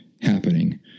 happening